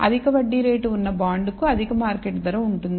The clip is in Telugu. అధిక వడ్డీ రేటు ఉన్న బాండ్ కు అధిక మార్కెట్ ధర ఉంటుంది